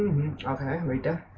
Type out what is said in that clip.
java reader